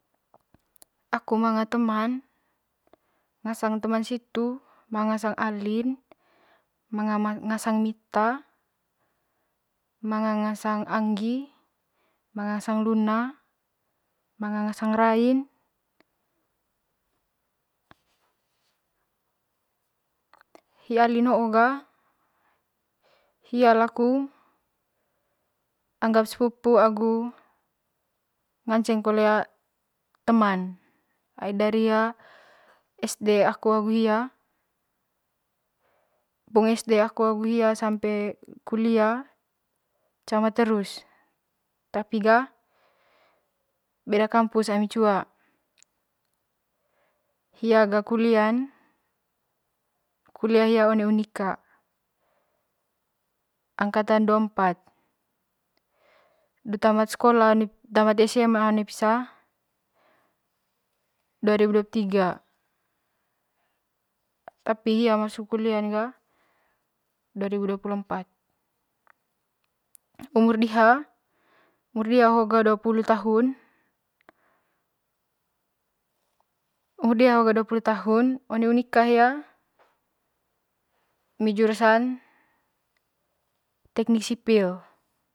Aku manga teman manga teman situ ma ngasang alin ngasang mita manga ngasang angi manga nagsang luna manga ngasang lain hi alin go ga hia laku mangap sepupu agu ngaceng kole teman ai dari esde aku agu hia pung esde aku agu hia sampe kulia cama terus tapi ga beda kampus ami cua hia ga kulian kulia hia one unnika angkatan dua empat du tamata sekola du tamant esema one pisa dua ribu dua deop tiga tapi hia masuk kulian ga dua ribu dua pul empat umur diha ga umur diha hoo ga dua pulu tahun umur diha ho ga dua pulu tahun one unika hia emi jurusan teknik sipiil.